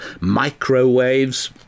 microwaves